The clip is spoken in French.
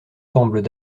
semblent